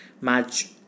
Match